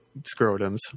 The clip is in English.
scrotums